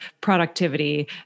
productivity